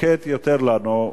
שָקט יותר לנו,